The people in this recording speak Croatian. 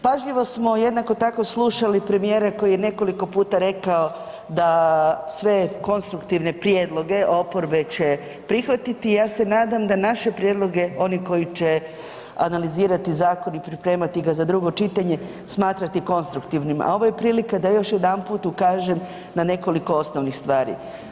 Pažljivo smo jednako tako slušali premijera koji je nekoliko puta rekao da sve konstruktivne prijedloge oporbe će prihvatiti i ja se nadam da naše prijedloge oni koji će analizirati zakon i pripremati ga za drugo čitanje smatrati konstruktivnim, a ovo je prilika da još jedanput ukažem na nekoliko osnovnih stvari.